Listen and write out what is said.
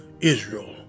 Israel